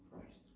Christ